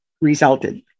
resulted